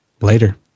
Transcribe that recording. Later